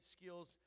skills